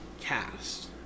cast